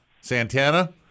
Santana